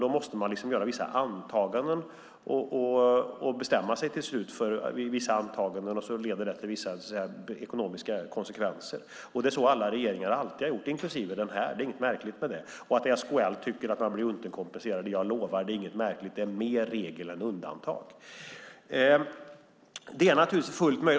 Då måste man göra vissa antaganden som i sin tur leder till ekonomiska konsekvenser. Så har alla regeringar gjort, inklusive den här. Det är inget märkligt med det. Att SKL tycker att man blir underkompenserad är heller inget märkligt - det är mer regel än undantag.